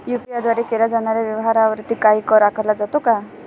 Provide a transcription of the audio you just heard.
UPI द्वारे केल्या जाणाऱ्या व्यवहारावरती काही कर आकारला जातो का?